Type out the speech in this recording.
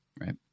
Right